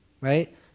right